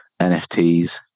NFTs